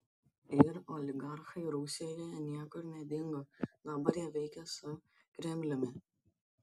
ir oligarchai rusijoje niekur nedingo dabar jie veikia su kremliumi